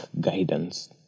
guidance